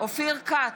אופיר כץ,